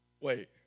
Wait